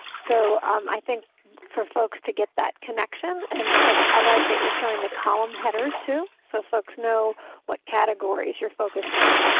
so um i think for folks to get that connection, and i like that you are showing the column headers too so folks know what categories you are focusing on.